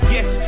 Yes